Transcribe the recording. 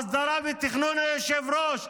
הסדרה ותכנון, היושב-ראש.